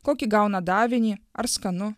kokį gauna davinį ar skanu